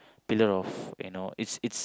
pillar of you know it's it's